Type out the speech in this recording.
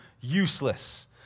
useless